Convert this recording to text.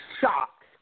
shocked